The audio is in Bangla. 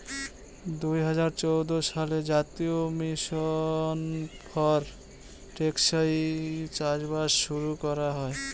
দুই হাজার চৌদ্দ সালে জাতীয় মিশন ফর টেকসই চাষবাস শুরু করা হয়